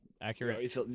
Accurate